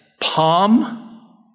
palm